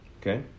Okay